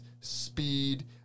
speed